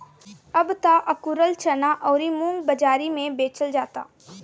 अब त अकुरल चना अउरी मुंग बाजारी में बेचल जाता